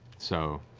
so.